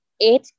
eight